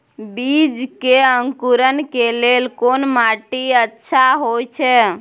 बीज के अंकुरण के लेल कोन माटी अच्छा होय छै?